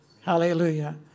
Hallelujah